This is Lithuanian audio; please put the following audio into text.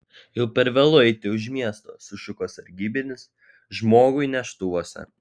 jau per vėlu eiti už miesto sušuko sargybinis žmogui neštuvuose